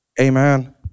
Amen